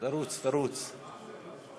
(תיקון, השוואת הענישה בעבירות מין לדין האזרחי),